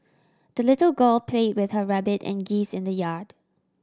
the little girl play with her rabbit and geese in the yard